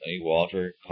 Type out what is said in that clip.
Walter